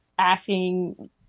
asking